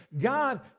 God